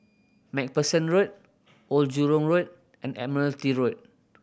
Macpherson Road Old Jurong Road and Admiralty Road